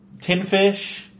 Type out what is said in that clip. Tinfish